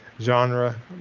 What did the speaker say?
genre